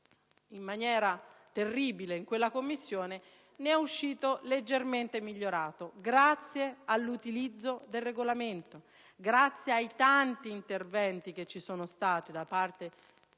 in un modo terribile in quella Commissione e ne è uscito leggermente migliorato, grazie all'utilizzo del Regolamento, grazie ai tanti interventi dei moltissimi senatori